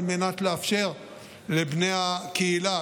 על מנת לאפשר לבני הקהילה,